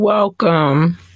Welcome